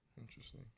Interesting